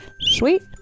sweet